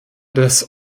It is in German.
des